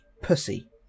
pussy